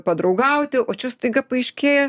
padraugauti o čia staiga paaiškėja